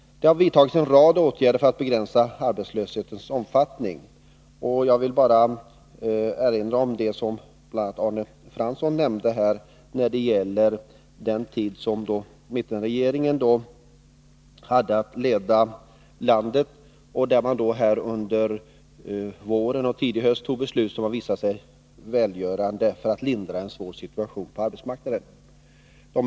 Det har vidtagits en rad åtgärder för att begränsa arbetslöshetens omfattning. Under våren och tidigt i höstas fattade mittenregeringen beslut som visade sig välgörande för att lindra en svår situation på arbetsmarknaden.